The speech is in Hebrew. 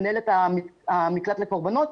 מנהלת מקלט לקורבנות,